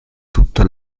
tutto